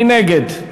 מי נגד?